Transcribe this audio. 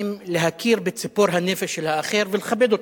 להכיר בציפור הנפש של האחר ולכבד אותו,